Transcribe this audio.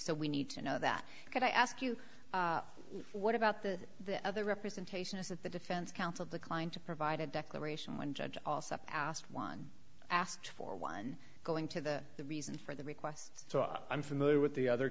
so we need to know that could i ask you what about the the other representation is that the defense counsel declined to provide a declaration one judge also asked one asked for one going to the the reason for the request so i'm familiar with the other